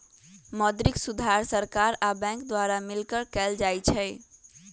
मौद्रिक सुधार सरकार आ बैंक द्वारा मिलकऽ कएल जाइ छइ